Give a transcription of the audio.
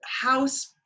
house